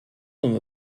them